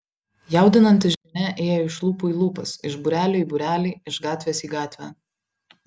jaudinanti žinia ėjo iš lūpų į lūpas iš būrelio į būrelį iš gatvės į gatvę